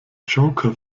joker